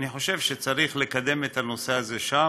אני חושב שצריך לקדם את הנושא הזה שם,